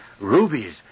Rubies